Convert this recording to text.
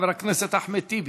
חבר הכנסת אחמד טיבי.